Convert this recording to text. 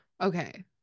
Okay